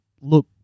look